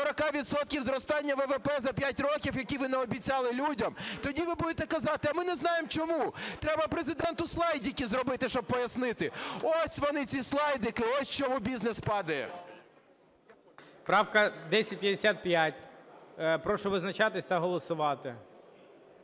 зростання ВВП за п'ять років, яких ви наобіцяли людям, тоді ви будете казати: а ми не знаємо чому. Треба Президенту слайдики зробити, щоб пояснити, ось вони ці слайдики, ось чому бізнес "падає". ГОЛОВУЮЧИЙ. Правка 1055. Прошу визначатись та голосувати.